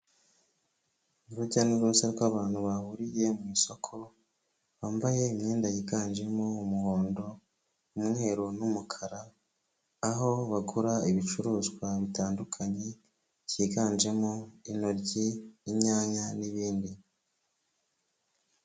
Urujya n'uruza rw'abantu bahuriye mu isoko bambaye imyenda yiganjemo umuhondo umweru n'umukara aho bagura ibicuruzwa bitandukanye byiganjemo intoryi inyanya n'ibindi.